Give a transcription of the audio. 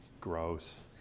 gross